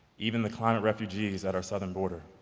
even the climate refugees at our southern border